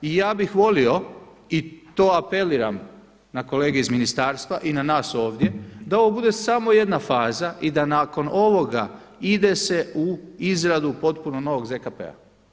I ja bih volio i to apeliram na kolege iz ministarstva i na nas ovdje da ovo bude samo jedna faza i da nakon ovoga ide se u izradu potpuno novog ZKP-a.